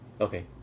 okay